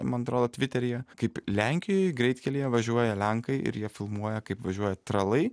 man atrodo tviteryje kaip lenkijoj greitkelyje važiuoja lenkai ir jie filmuoja kaip važiuoja tralai